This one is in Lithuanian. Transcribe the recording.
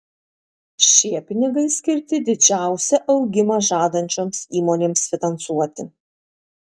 šie pinigai skirti didžiausią augimą žadančioms įmonėms finansuoti